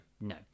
No